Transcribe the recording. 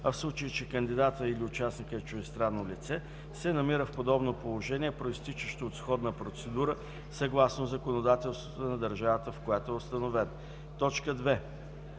а в случай че кандидатът или участникът е чуждестранно лице - се намира в подобно положение, произтичащо от сходна процедура, съгласно законодателството на държавата, в която е установен; 2.